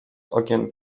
okien